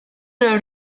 los